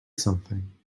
something